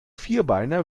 vierbeiner